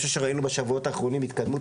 אני חושב שראינו בשבועות האחרונים התקדמות